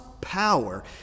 power